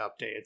updates